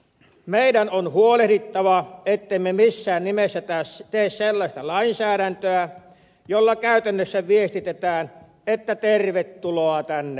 meidän on huolehdittava ettemme missään nimessä tee sellaista lainsäädäntöä jolla käytännössä viestitetään että tervetuloa tänne kaikki